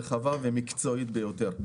רחבה ומקצועית ביותר.